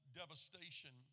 devastation